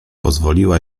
pozwoliła